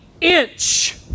inch